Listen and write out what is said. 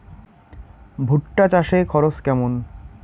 ভুট্টা চাষে খরচ কেমন?